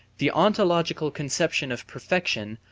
the ontological conception of perfection,